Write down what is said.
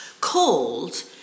called